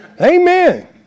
Amen